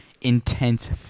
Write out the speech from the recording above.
intense